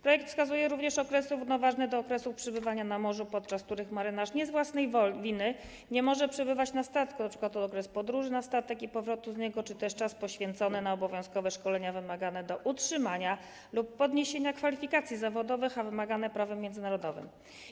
Projekt wskazuje również okres równoważny do okresu przebywania na morzu, podczas których marynarz nie z własnej winy nie może przebywać na statku, np. okres podróży na statek i powrotu z niego czy też czas poświęcony na obowiązkowe szkolenia wymagane do utrzymania lub podniesienia kwalifikacji zawodowych, a wymagane prawem międzynarodowym.